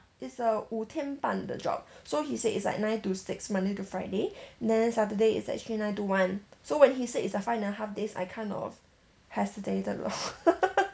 it's a 五天半的 job so he say is like nine to six monday to friday then saturday is actually nine to one so when he said it's a five and a half days I kind of hesitated lor